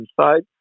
inside